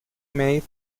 made